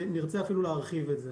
ונרצה אפילו להרחיב את זה.